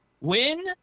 win